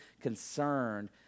concerned